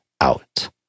out